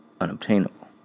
unobtainable